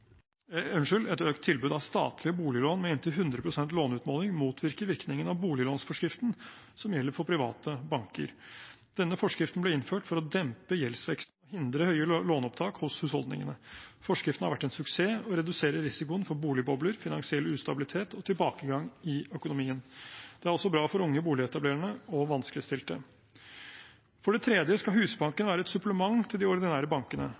tilbud av statlige boliglån med inntil 100 pst. låneutmåling motvirke virkningen av boliglånsforskriften, som gjelder for private banker. Denne forskriften ble innført for å dempe gjeldsveksten og hindre høye låneopptak hos husholdningene. Forskriften har vært en suksess og reduserer risikoen for boligbobler, finansiell ustabilitet og tilbakegang i økonomien. Det er også bra for unge boligetablerere og vanskeligstilte. For det tredje skal Husbanken være et supplement til de ordinære bankene